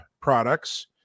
products